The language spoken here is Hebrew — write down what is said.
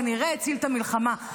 כנראה הציל את המלחמה.